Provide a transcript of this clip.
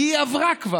כי היא כבר עברה,